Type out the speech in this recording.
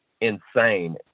insane